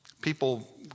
People